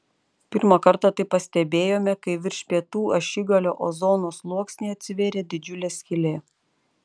pirmą kartą tai pastebėjome kai virš pietų ašigalio ozono sluoksnyje atsivėrė didžiulė skylė